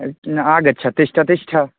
न आगच्छ तिष्ठ तिष्ठ